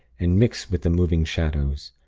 and mix with the moving shadows.